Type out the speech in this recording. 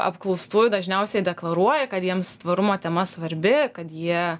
apklaustųjų dažniausiai deklaruoja kad jiems tvarumo tema svarbi kad jie